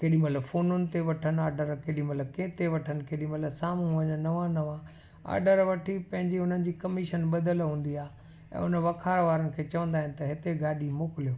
केॾी महिल फोनुनि ते वठनि ऑडर केॾी महिल कंहिं ते वठनि केॾी महिल साम्हूं वञनि नवा नवा ऑडर वठी पंहिंजी हुननि जी कमीशन ॿधियलु हूंदी आहे ऐं उन वखार वारनि खे चवंदा आहिनि त हिते गाॾी मोकिलियो